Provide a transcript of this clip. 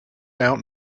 out